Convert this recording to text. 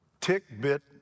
tick-bit